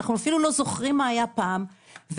אנחנו אפילו לא זוכרים מה היה פעם ואנחנו